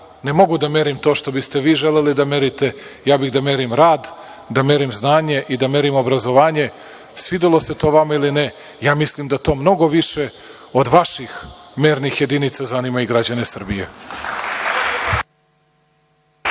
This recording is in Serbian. ne mogu da merim to što biste vi želeli da merite. Ja bih da merim rad, da merim znanje i da merim obrazovanje, svidelo se to vama ili ne. Ja mislim da to mnogo više od vaših mernih jedinica zanima i građane Srbije.